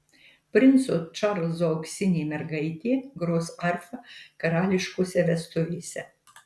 princo čarlzo auksinė mergaitė gros arfa karališkose vestuvėse